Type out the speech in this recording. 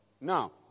Now